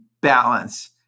balance